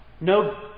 no